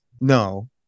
No